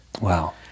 Wow